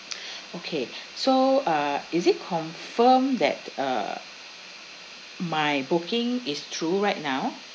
okay so uh is it confirm that uh my booking is through right now